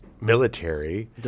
military